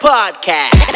Podcast